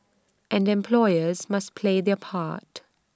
and employers must play their part